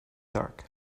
dark